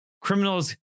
Criminals